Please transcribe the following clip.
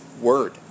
word